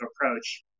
approach